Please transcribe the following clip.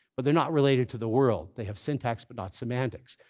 but they're not related to the world. they have syntax, but not semantics.